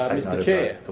mr chair.